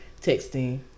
texting